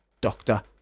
doctor